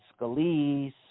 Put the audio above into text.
Scalise